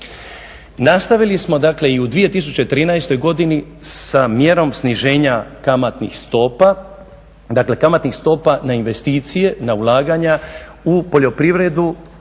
Nastavili smo dakle i u 2013. godini sa mjerom sniženja kamatnih stopa, dakle kamatnih stopa na investicije, na ulaganja u poljoprivredu,